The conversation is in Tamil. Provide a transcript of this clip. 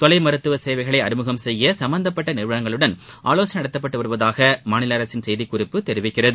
தொலைமருத்துவ சேவைகளை அறிமுகம் செய்ய சும்பந்தப்பட்ட நிறுவனங்களுடன் ஆவோசனை நடத்தப்பட்டு வருவதாக மாநில அரசின் செய்திக்குறிப்பு தெரிவிக்கிறது